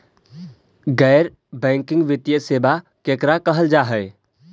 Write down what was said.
गैर बैंकिंग वित्तीय सेबा केकरा कहल जा है?